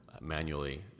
manually